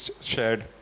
shared